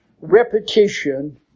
Repetition